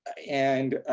and,